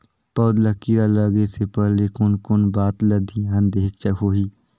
पौध ला कीरा लगे से पहले कोन कोन बात ला धियान देहेक होही?